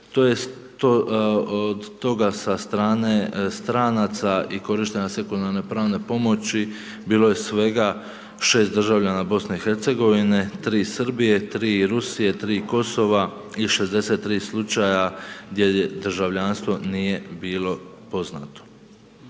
od toga sa strane stranaca i korištenja sekundarne pravne pomoći bilo je svega 6 državljana BiH-a, 3 Srbije, 3 Rusije, 3 Kosova i 63 slučaja gdje državljanstvo nije bilo poznato.